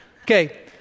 Okay